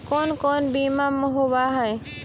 कोन कोन बिमा होवय है?